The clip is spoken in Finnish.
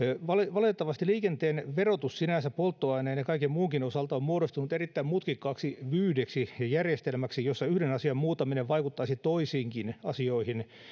valitettavasti liikenteen verotus sinänsä polttoaineen ja kaiken muunkin osalta on muodostunut erittäin mutkikkaaksi vyyhdeksi ja järjestelmäksi jossa yhden asian muuttaminen vaikuttaisi toisiinkin asioihin